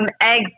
eggs